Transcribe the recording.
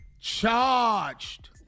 Charged